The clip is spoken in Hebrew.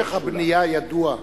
משך הבנייה ידוע,